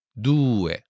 due